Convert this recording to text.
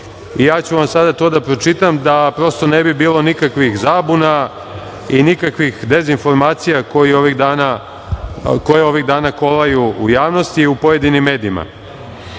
i ja ću vam sada pročitati da ne bi bilo nikakvih zabuna i nikakvih dezinformacija koje ovih dana kolaju u javnosti u pojedinim medijima. Dakle,